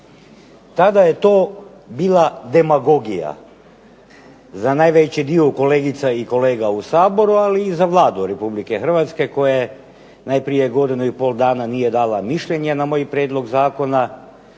Tada je to bila demagogija za najveći dio kolegica i kolega u Saboru, ali i za Vladu Republike Hrvatske koja najprije godinu i pol dana nije dala mišljenje na moj prijedlog zakona,